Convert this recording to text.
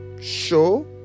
show